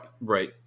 right